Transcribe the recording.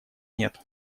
нет